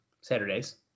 Saturdays